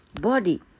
body